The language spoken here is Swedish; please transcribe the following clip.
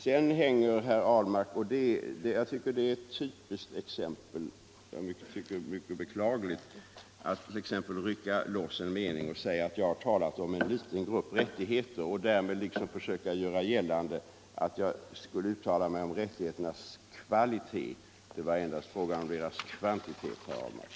Sedan rycker herr Ahlmark loss en mening — och jag tycker det är ett typiskt och beklagligt exempel — och säger att jag har talat om en liten grupp rättigheter. Därmed vill han liksom göra gällande att jag skulle uttala mig om rättigheternas kvalitet. Det var endast fråga om rättigheternas kvantitet, herr Ahlmark.